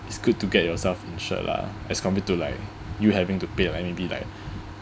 it's good to get yourself insured lah as compared to like you having to pay your maybe like